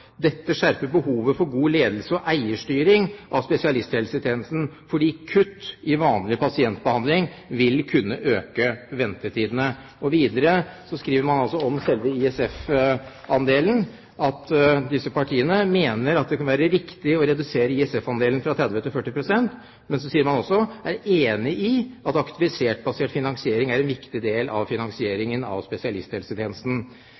dette skjerper behovet for god ledelse i og eierstyring av spesialisthelsetjenesten fordi kutt i vanlig pasientbehandling vil kunne øke ventetidene.» Videre skriver man altså om selve ISF-andelen: Disse partiene «mener det kan være riktig å redusere ISF-andelen fra 40 til 30 prosent». Men så sier man også at man «er enig i at aktivitetsbasert finansiering er en viktig del av